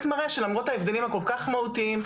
מראה שלמרות ההבדלים הכל כך מהותיים,